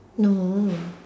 no